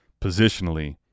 positionally